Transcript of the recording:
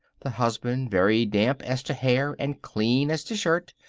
the husband, very damp as to hair and clean as to shirt,